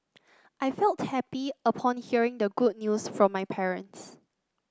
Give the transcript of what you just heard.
I felt happy upon hearing the good news from my parents